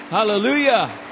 Hallelujah